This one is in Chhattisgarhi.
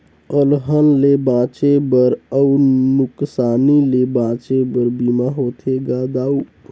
अलहन ले बांचे बर अउ नुकसानी ले बांचे बर बीमा होथे गा दाऊ